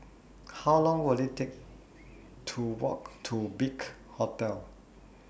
How Long Will IT Take to Walk to Big Hotel